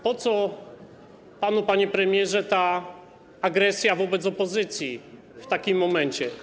Po co panu, panie premierze, ta agresja wobec opozycji w takim momencie?